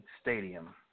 Stadium